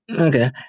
Okay